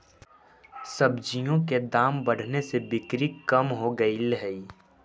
सब्जियों के दाम बढ़ने से बिक्री कम हो गईले हई